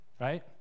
right